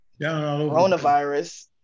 Coronavirus